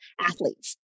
athletes